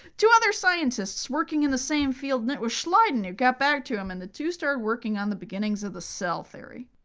to other scientists working in the same field with schleiden, who got back to him, and the two started working on the beginnings of the cell theory.